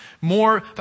more